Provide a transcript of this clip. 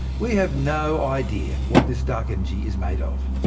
we have no idea what this dark energy is made of.